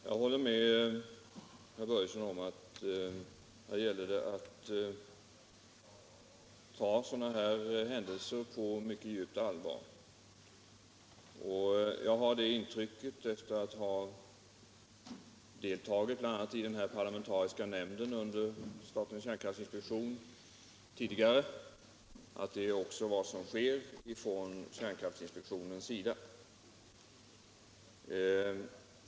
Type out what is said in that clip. Herr talman! Jag håller med herr Börjesson om att det gäller att ta sådana händelser på mycket djupt allvar. Jag har emellertid det intrycket, efter att tidigare ha deltagit i arbetet i bl.a. parlamentariska nämnden under statens kärnkraftinspektion, att detta också är vad kärnkraftinspektionen gör.